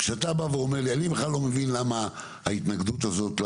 כשאתה בא ואומר לי אני בכלל לא מבין למה ההתנגדות הזאת,